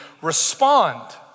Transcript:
respond